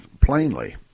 plainly